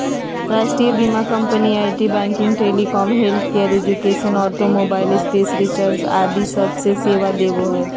राष्ट्रीय बीमा company IT, banking, telecom, healthcare, education, automobile, space research आदि सब मे सेवा देवो हय